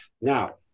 Now